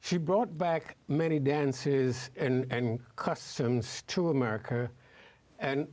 she brought back many dances and customs to america and